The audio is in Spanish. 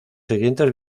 siguientes